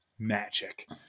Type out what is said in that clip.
magic